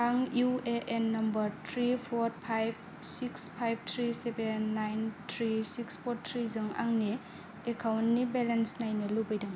आं एउ ए एन number three four five six five three seven nine three six four three जों आंनि एकाउन्टनि बेलेन्स नायनो लुबैदों